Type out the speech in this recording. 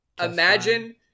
Imagine